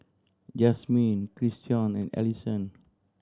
Jasmin Christion and Allyson